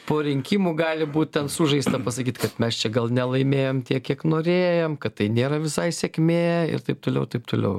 po rinkimų gali būt ten sužaista pasakyt kad mes čia gal nelaimėjom tiek kiek norėjom kad tai nėra visai sėkmė ir taip toliau taip toliau